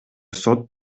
сот